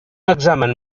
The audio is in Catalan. examen